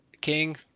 King